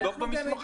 תבדוק במסמכים.